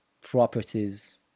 properties